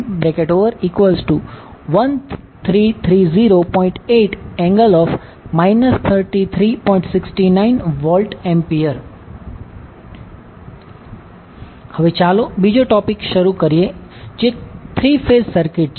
69VA હવે ચાલો બીજો ટોપિક શરૂ કરીએ જે 3 ફેઝ સર્કિટ છે